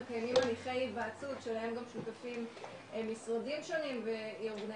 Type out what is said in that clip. אחרי היוועצות שותפים גם משרדים שונים וארגוני